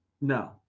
no